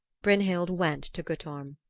brynhild went to guttorm.